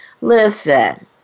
Listen